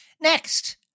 next